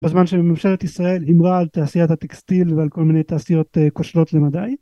בזמן שממשלת ישראל הימרה על תעשיית הטקסטיל ועל כל מיני תעשיות כושלות למדי.